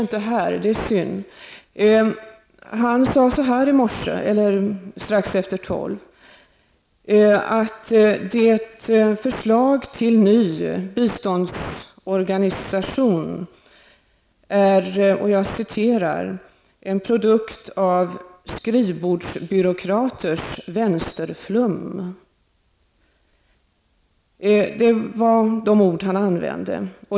Det är synd att Alf Wennerfors inte är här. Han sade att förslaget till ny biståndsorganisation är ''en produkt av skrivbordsbyråkraters vänsterflum''. Det var dessa ord han använde.